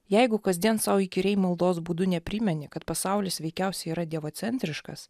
jeigu kasdien sau įkyriai maldos būdu neprimeni kad pasaulis veikiausiai yra dievo centriškas